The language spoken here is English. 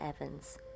Evans